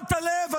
שמת לב,